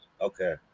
Okay